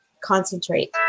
concentrate